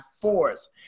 force